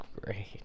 great